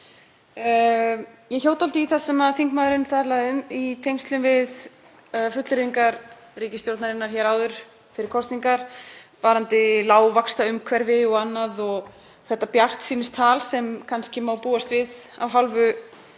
Ég hjó dálítið í það sem þingmaðurinn talaði um í tengslum við fullyrðingar ríkisstjórnarinnar fyrir kosningar varðandi lágvaxtaumhverfi og annað og þetta bjartsýnistal sem kannski má búast við af hálfu þeirra